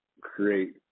create